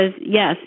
yes